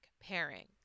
pairing